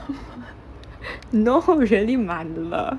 no really 满了